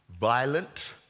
violent